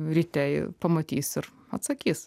ryte pamatys ir atsakys